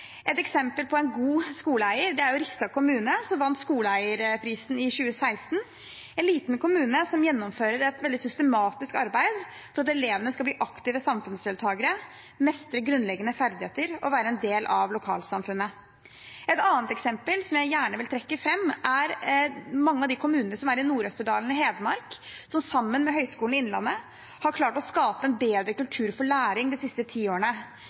Et eksempel på en god skoleeier er Rissa kommune, som vant skoleeierprisen i 2016 – en liten kommune som gjennomfører et veldig systematisk arbeid for at elevene skal bli aktive samfunnsdeltakere, mestre grunnleggende ferdigheter og være en del av lokalsamfunnet. Et annet eksempel som jeg gjerne vil trekke fram, er mange av kommunene i Nord-Østerdal i Hedmark, som sammen med Høgskolen i Innlandet har klart å skape en bedre kultur for læring de siste